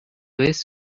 vez